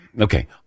Okay